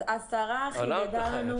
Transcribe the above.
השרה חידדה לנו,